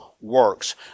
works